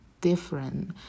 different